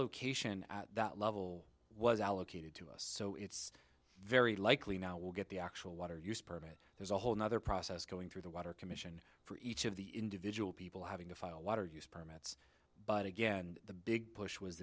location at that level was allocated to us so it's very likely now we'll get the actual water use permit there's a whole nother process going through the water commission for each of the individual people having to file water use permit but again the big push was